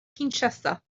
kinshasa